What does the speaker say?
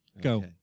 Go